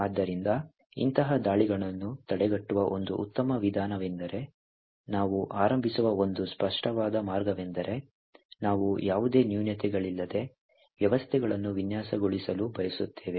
ಆದ್ದರಿಂದ ಇಂತಹ ದಾಳಿಗಳನ್ನು ತಡೆಗಟ್ಟುವ ಒಂದು ಉತ್ತಮ ವಿಧಾನವೆಂದರೆ ನಾವು ಆರಂಭಿಸುವ ಒಂದು ಸ್ಪಷ್ಟವಾದ ಮಾರ್ಗವೆಂದರೆ ನಾವು ಯಾವುದೇ ನ್ಯೂನತೆಗಳಿಲ್ಲದೆ ವ್ಯವಸ್ಥೆಗಳನ್ನು ವಿನ್ಯಾಸಗೊಳಿಸಲು ಬಯಸುತ್ತೇವೆ